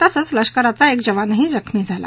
तसंच लष्कराचा एक जवानही जखमी झाला